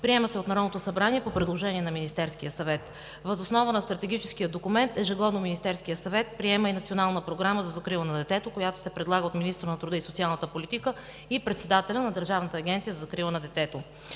Приема се от Народното събрание по предложение на Министерския съвет. Въз основа на стратегическия документ ежегодно Министерският съвет приема и национална програма за закрила на детето, която се предлага от министъра на труда и социалната политика и председателя на Държавната агенция за закрила на детето.